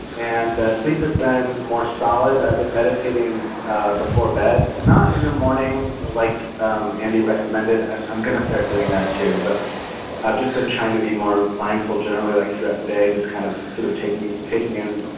and sleep has been more solid. i've been meditating ah before bed, not in the morning like um andy recommended. i'm i'm gonna start doing that, too. but i've just been trying to be more mindful generally, like throughout the day, just kind of sort of taking, taking in,